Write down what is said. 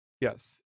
Yes